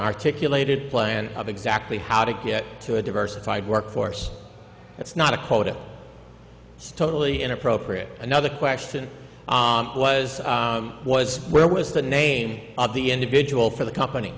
articulated plan of exactly how to get to a diversified workforce it's not a quota totally inappropriate another question was was where was the name of the individual for the company